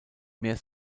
mehr